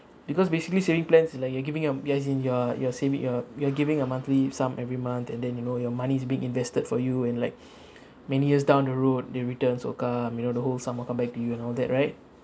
because basically saving plans is like you're giving your as in you're you're saving you're you're giving a monthly sum every month and then you know your money is being invested for you and like many years down the road the returns will come you know the whole sum will come back to you and all that right